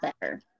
better